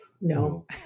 No